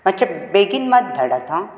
मात्शे बेगीन मात धाडात हा